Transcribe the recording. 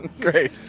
Great